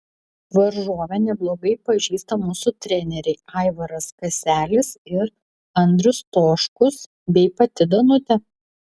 varžovę neblogai pažįsta mūsų treneriai aivaras kaselis ir andrius stočkus bei pati danutė